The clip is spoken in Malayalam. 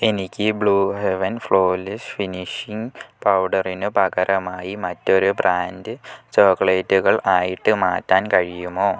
എനിക്ക് blue heaven flawless finishing പൗഡറിനു പകരമായി മറ്റൊരു ബ്രാൻഡ് ചോക്ലേറ്റുകൾ ആയിട്ട് മാറ്റാൻ കഴിയുമോ